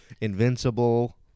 Invincible